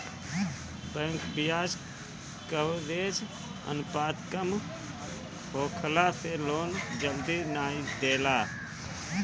bank बियाज coverage अनुपात कम होखला से लोन जल्दी नाइ देला